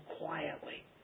quietly